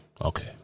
Okay